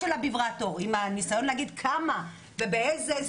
של הוויברטור ועם הניסיון להגיד כמה ובאיזה,